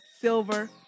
silver